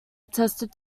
attested